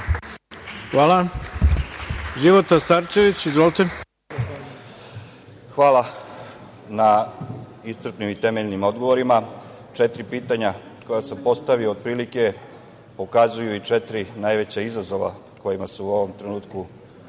**Života Starčević** Hvala na iscrpljenim i temeljnim odgovorima. Četiri pitanja koja sam postavio, otprilike, pokazuju i četiri najveća izazova u kojima se u ovom trenutku nalazi